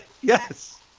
Yes